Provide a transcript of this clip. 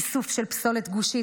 איסוף של פסולת גושית,